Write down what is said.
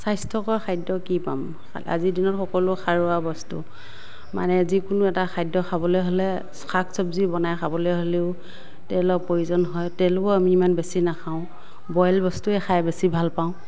স্বাস্থ্যকৰ খাদ্য কি পাম আজি্ৰ দিনত সকলো সাৰুৱা বস্তু মানে যিকোনো এটা খাদ্য খাবলৈ হ'লে শাক চবজি বনাই খাবলৈ হ'লেও তেলৰ প্ৰয়োজন হয় তেলো আমি ইমান বেছি নাখাওঁ বইল বস্তুৱে খাই বেছি ভাল পাওঁ